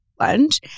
lunch